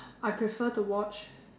I prefer to watch